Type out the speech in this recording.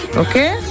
okay